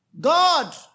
God